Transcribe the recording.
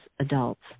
adults